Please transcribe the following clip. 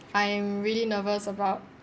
I am really nervous about